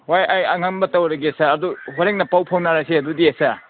ꯍꯣꯏ ꯑꯩ ꯑꯉꯝꯕ ꯇꯧꯔꯒꯦ ꯁꯥꯔ ꯑꯗꯨ ꯍꯣꯔꯦꯟꯗ ꯄꯥꯎ ꯐꯥꯎꯅꯔꯁꯤ ꯑꯗꯨꯗꯤ ꯁꯥꯔ